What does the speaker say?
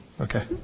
Okay